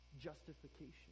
justification